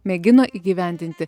mėgino įgyvendinti